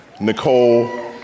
Nicole